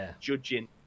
judging